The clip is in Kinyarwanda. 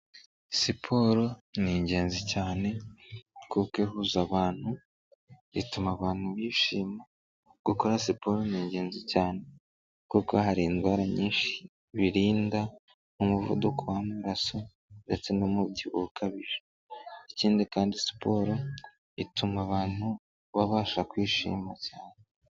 Siporo n'ingenzi cyane kuko ihuza abantu, ituma abantu bishima, gukora siporo n'ingenzi cyane kuko hari indwara nyinshi birinda, umuvuduko w'amaraso ndetse n'umubyibuho ukabije, ikindi kandi siporo ituma abantu babasha kwishima cyane.